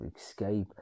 escape